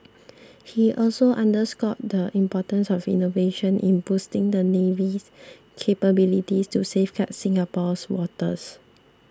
he also underscored the importance of innovation in boosting the navy's capabilities to safeguard Singapore's waters